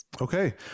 Okay